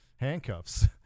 handcuffs